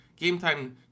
GameTime